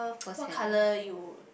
what color you